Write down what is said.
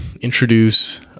introduce